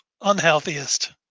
unhealthiest